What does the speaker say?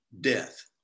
death